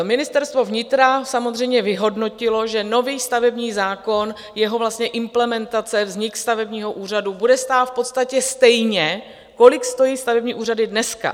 Ministerstvo vnitra samozřejmě vyhodnotilo, že nový stavební zákon, vlastně jeho implementace, vznik stavebního úřadu, bude stát v podstatě stejně, kolik stojí stavební úřady dneska.